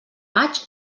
maig